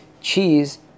cheese